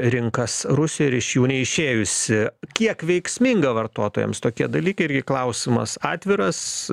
rinkas rusijoj ir iš jų neišėjusi kiek veiksminga vartotojams tokie dalykai irgi klausimas atviras